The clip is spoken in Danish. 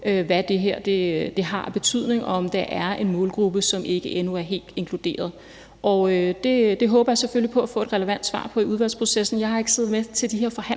hvad det her har af betydning, og om der er en målgruppe, som endnu ikke er helt inkluderet. Og det håber jeg selvfølgelig på at få et relevant svar på i udvalgsprocessen. Jeg har ikke siddet med til de her forhandlinger,